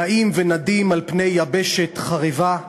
נעים ונדים על פני יבשת חרבה,